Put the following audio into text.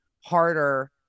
harder